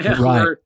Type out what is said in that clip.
right